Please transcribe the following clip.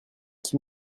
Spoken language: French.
qui